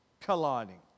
colliding